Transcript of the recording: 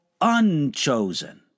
unchosen